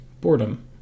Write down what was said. boredom